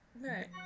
Right